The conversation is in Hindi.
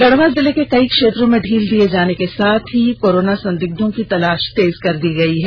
गढ़वा जिले के कई क्षेत्रों में ढील दिये जाने के साथ ही कोरोन संदिग्धों की तलाष तेज कर दी गई है